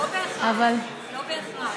לא בהכרח, לא בהכרח.